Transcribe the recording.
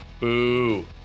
Boo